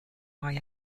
via